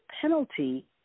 penalty